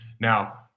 Now